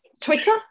Twitter